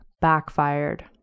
backfired